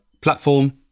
platform